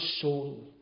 soul